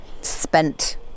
spent